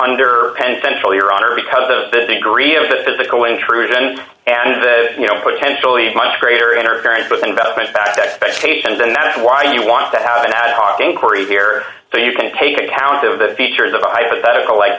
under penn central your honor because of the degree of a physical intrusion and you know potentially much greater interference both investment back expectations and that is why you want to have an ad hoc inquiry here so you can take account of the features of a hypothetical like